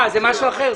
זה משהו אחר.